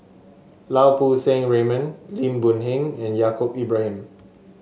Lau Poo Seng Raymond Lim Boon Heng and Yaacob Ibrahim